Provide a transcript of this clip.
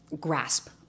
grasp